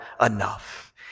enough